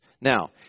Now